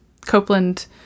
Copeland